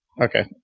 Okay